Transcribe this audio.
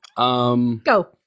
Go